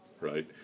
right